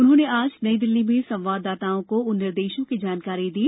उन्होंने आज नई दिल्ली में संवाददाताओं को उन निर्देशों की जानकारी दी